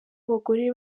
abagore